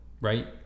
Right